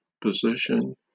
position